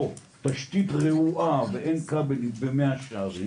או תשתית רעועה כי אין כבלים במאה שערים